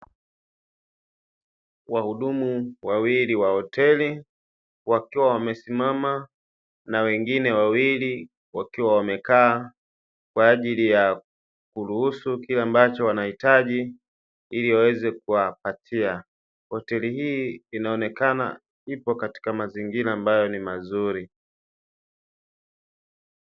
Wahudumu wawili wa hoteli wakiwa wamesimama, na wengine wawili wakiwa wamekaa kwa ajili ya kuruhusu kile ambacho wanahitaji, ili waweze kuwapatia. Hoteli hii inaonekana ipo katika mazingira ambayo ni mazuri.